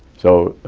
so.